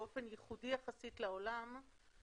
באופן ייחודי יחסית לעולם,